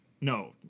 No